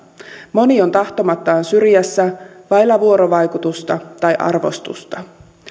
moni on tahtomattaan syrjässä vailla vuorovaikutusta tai arvostusta